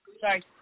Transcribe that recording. sorry